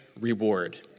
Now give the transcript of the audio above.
reward